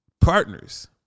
partners